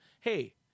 Hey